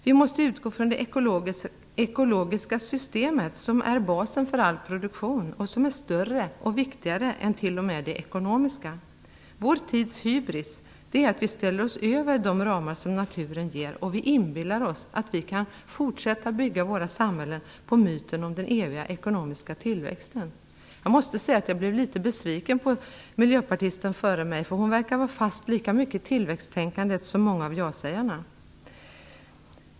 Vi måste utgå från det ekologiska systemet, som är basen för all produktion, och som är större och viktigare än t.o.m. det ekonomiska systemet. Vår tids hybris är att vi går utöver de ramar som naturen ger. Vi inbillar oss att vi kan fortsätta att bygga våra samhällen på myten om den eviga ekonomiska tillväxten. Jag blev litet besviken på föregående talare från Miljöpartiet. Hon verkade lika mycket fast i tillväxttänkandet som många av ja-sägarna.